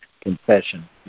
confession